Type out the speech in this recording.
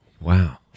Wow